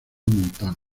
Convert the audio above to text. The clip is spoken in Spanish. montano